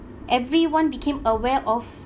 everyone became aware of